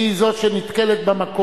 כי היא זאת שנתקלת במקום.